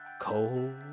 Cold